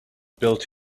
built